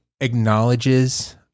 acknowledges